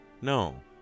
No